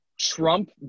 Trump